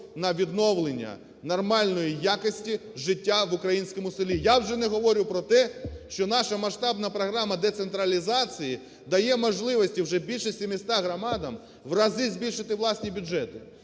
на відновлення нормальної якості життя в українському селі. Я вже не говорю про те, що наша масштабна програма децентралізації дає можливості вже більше 700 громадам в рази збільшити власні бюджети.